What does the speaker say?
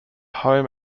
home